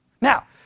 Now